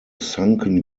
sunken